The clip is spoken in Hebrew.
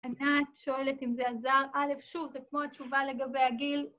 אם את שואלת אם זה עזר, ‫א', שוב, זה כמו התשובה לגבי הגיל.